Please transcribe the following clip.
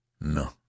No